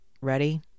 Ready